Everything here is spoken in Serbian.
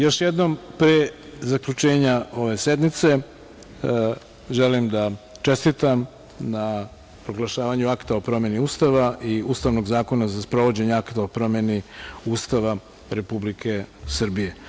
Još jednom, pre zaključenja ove sednice, želim da čestitam na proglašavanju Akta o promeni Ustava i Ustavnog zakona za sprovođenje Akta o promeni Ustava Republike Srbije.